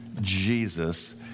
Jesus